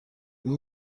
این